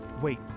wait